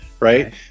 right